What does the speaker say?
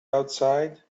outside